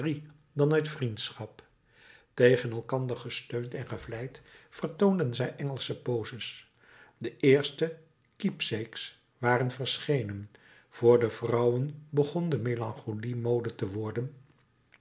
dan uit vriendschap tegen elkander gesteund en gevlijd vertoonden zij engelsche poses de eerste keapsakes waren verschenen voor de vrouwen begon de melancholie mode te worden